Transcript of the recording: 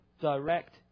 direct